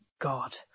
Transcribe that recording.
God